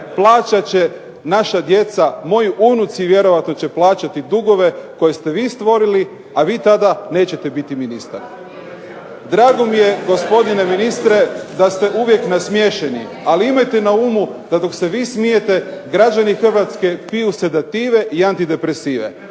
plaćat će naša djeca, moji unuci će vjerojatno plaćati dugove koje ste vi stvorili a vi tada nećete biti ministar. Drago mi je gospodine ministre da ste uvijek nasmješeni, ali imajte na umu da dok se vi smijete građani Hrvatske piju sedative i antidepresive.